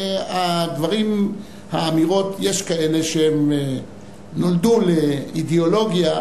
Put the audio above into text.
הדברים, האמירות, יש כאלה שנולדו לאידיאולוגיה.